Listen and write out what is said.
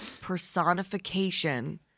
personification